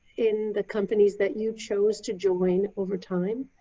in the companies that you chose to join over time?